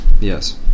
Yes